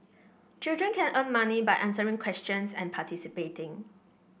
children can earn money by answering questions and participating